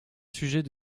sujet